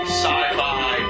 sci-fi